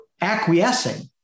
acquiescing